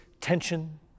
tension